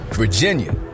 Virginia